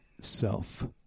self